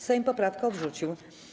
Sejm poprawkę odrzucił.